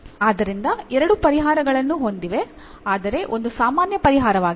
ಆದ್ದರಿಂದ ಎರಡೂ ಪರಿಹಾರಗಳನ್ನು ಹೊಂದಿವೆ ಆದರೆ ಒಂದು ಸಾಮಾನ್ಯ ಪರಿಹಾರವಾಗಿದೆ